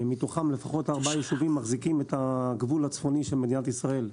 מתוכם לפחות ארבעה יישובים מחזיקים את הגבול הצפוני של מדינת ישראל,